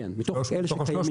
כן, מתוך אלה שקיימים.